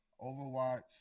Overwatch